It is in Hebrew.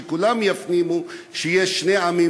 שכולם יפנימו שיש שני עמים,